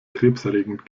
krebserregend